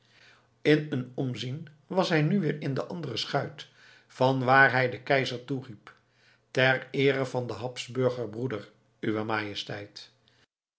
in een omzien was hij nu weer in de andere schuit vanwaar hij den keizer toeriep ter eere van den habsburger broeder uwe majesteit